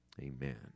Amen